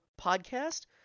podcast